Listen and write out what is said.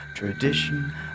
Tradition